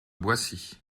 boissy